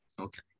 okay